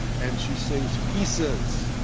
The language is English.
and she sings, pieces.